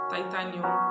Titanium